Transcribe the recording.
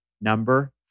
number